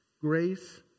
Grace